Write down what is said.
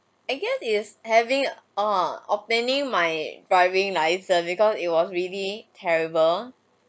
I guess is having err obtaining my driving because it was really terrible